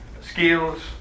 skills